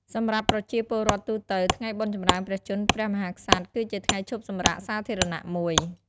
សម្រាប់ប្រជាពលរដ្ឋទូទៅ ថ្ងៃបុណ្យចម្រើនព្រះជន្មព្រះមហាក្សត្រ គឺជាថ្ងៃឈប់សម្រាកសាធារណៈមួយ។